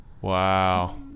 wow